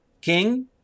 king